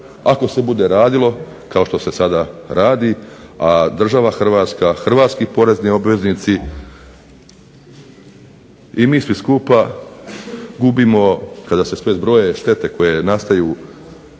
ako se bude radilo kao što se sada radi, a država Hrvatska, hrvatski porezni obveznici i mi svi skupa gubimo kada se sve zbroje štete koje nastaju